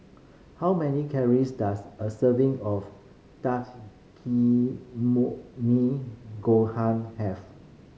how many calories does a serving of gohan have